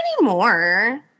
anymore